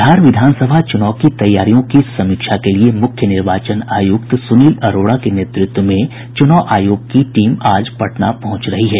बिहार विधान सभा चुनाव की तैयारियों की समीक्षा के लिए मुख्य निर्वाचन आयुक्त सुनील अरोड़ा के नेतृत्व में चुनाव आयोग की टीम आज पटना पहुंच रही है